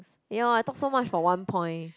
ya lor I talk so much for one point